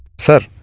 sir,